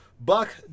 Buck